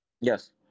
Yes